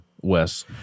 Wes